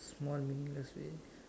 small meaningless